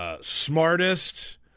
Smartest